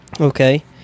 Okay